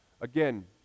again